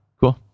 Cool